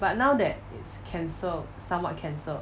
but now that it's cancel somewhat cancelled